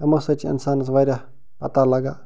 یِمو سۭتۍ چھِ انسانس وارِیاہ پتاہ لگان